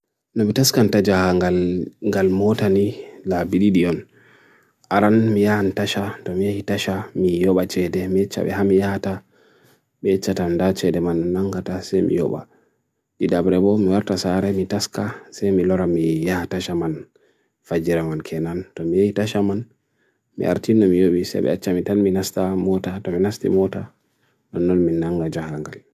nubitaskan ta ja hanggal mota ni la bilidion, aran mia antasha, domia hitasha, mi ioba chehde, me chave hamia hata, me chatanda chehde man nangata se mi ioba. didabrebo muartasare mi taska se milora mi iya hatasha man, fajiraman kenan, domia hitasha man, mi archin no mi iobi se be achamitan minasta mota, domina ste mota, nolmin nangata ja hangali.